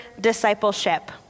discipleship